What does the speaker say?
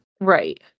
Right